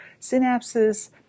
synapses